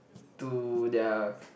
to their